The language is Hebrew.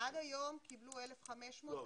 עד היום קיבלו 1,500. לא.